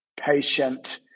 patient